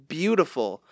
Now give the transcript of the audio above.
beautiful